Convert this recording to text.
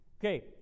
Okay